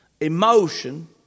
emotion